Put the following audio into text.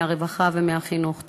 מהרווחה ומהחינוך.